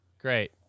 great